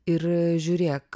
ir žiūrėk